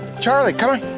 charlie, come